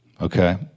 Okay